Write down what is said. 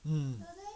mm